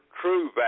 true